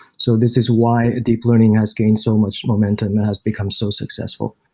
so this is why deep learning has gained so much momentum. it has become so successful.